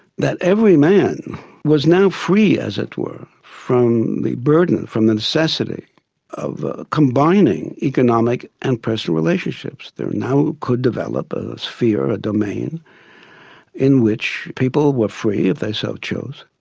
that every man was now free, as it were, from the burden, from the necessity of combining economic and personal relationships, that now could develop ah ah a sphere, a domain in which people were free if they so chose,